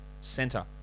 center